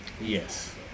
Yes